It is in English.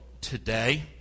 today